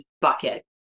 bucket